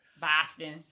Boston